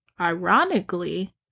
Ironically